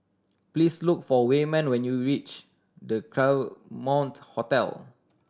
please look for Wayman when you reach The Claremont Hotel